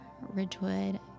Ridgewood